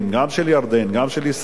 גם של ירדן גם של ישראל,